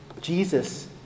Jesus